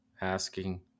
asking